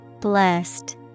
Blessed